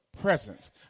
Presence